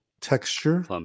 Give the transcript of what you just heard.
texture